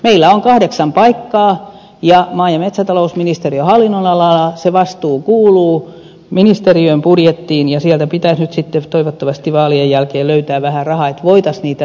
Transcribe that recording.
meillä on kahdeksan paikkaa ja maa ja metsätalousministeriön hallinnonalaan se vastuu kuuluu ministeriön budjettiin ja sieltä pitäisi nyt sitten toivottavasti vaalien jälkeen löytää vähän rahaa että voitaisiin niitä erikoistumispaikkoja lisätä